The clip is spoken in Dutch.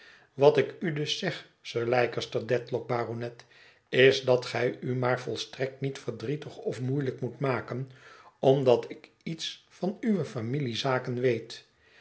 wat ik u dus zeg sir leicester dedlock baronet is dat gij u maar volstrekt niet verdrietig of moeielijk moet maken omdat ik iets van uwe familiezaken weet